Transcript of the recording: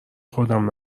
خودم